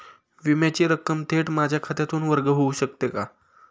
विम्याची रक्कम थेट माझ्या खात्यातून वर्ग होऊ शकते का?